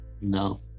no